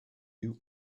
you